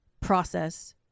process